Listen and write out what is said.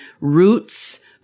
Roots